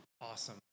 Awesome